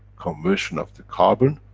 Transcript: conversion of the carbon,